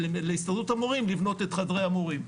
ולהסתדרות המורים לבנות את חדרי המורים.